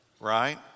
right